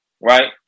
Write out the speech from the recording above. Right